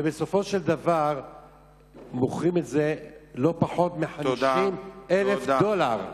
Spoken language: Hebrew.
ובסופו של דבר מוכרים את זה בלא פחות מ-50,000 דולר,